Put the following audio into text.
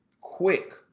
quick